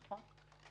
גם אני מסכימה, נכון.